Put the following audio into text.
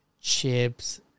chips